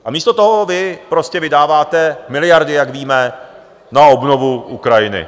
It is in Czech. A místo toho vy vydáváte miliardy, jak víme, na obnovu Ukrajiny.